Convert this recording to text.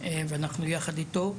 ואנחנו יחד איתו.